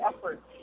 effort